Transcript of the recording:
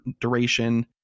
duration